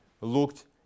looked